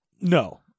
No